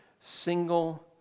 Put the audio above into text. single